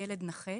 ילד נכה.